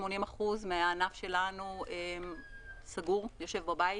כ-80% מהענף שלנו סגור ויושב בבית.